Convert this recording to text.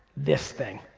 this thing.